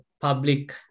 public